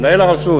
מנהל הרשות,